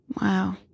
Wow